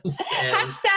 Hashtag